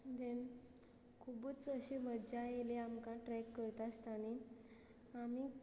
देन खुबूच अशी मज्जा येयली आमकां ट्रेक करता आसतानी आनी